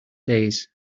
days